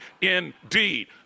indeed